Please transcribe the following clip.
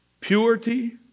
purity